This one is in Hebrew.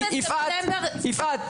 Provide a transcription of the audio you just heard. שאלה: 1 בספטמבר --- יפעת,